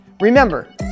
remember